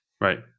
Right